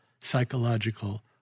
psychological